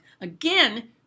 again